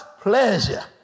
pleasure